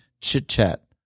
chit-chat